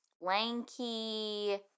lanky